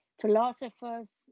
philosophers